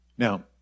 Now